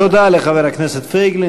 תודה לחבר הכנסת פייגלין.